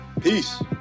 peace